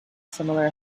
similar